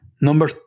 Number